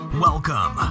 Welcome